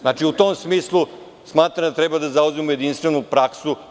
Znači, u tom smislu smatram da treba da zauzmemo jedinstvenu praksu.